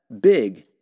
Big